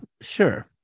sure